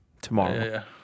tomorrow